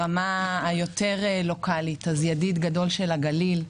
ברמה היותר לוקלית, אתה ידיד גדול של הגליל.